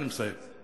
אני מסיים,